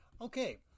okay